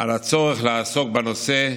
על הצורך לעסוק בנושא,